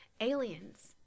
Aliens